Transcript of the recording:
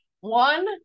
One